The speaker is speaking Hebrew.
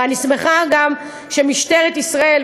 ואני שמחה גם שמשטרת ישראל,